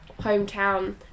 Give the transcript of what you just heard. hometown